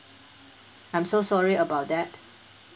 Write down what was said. I'm so sorry about that